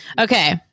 Okay